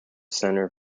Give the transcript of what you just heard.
center